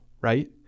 right